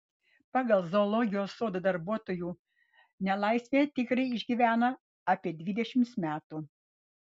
pasak zoologijos sodo darbuotojų nelaisvėje tigrai išgyvena apie dvidešimt metų